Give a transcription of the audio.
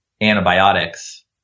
antibiotics